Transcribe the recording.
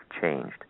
changed